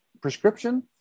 prescription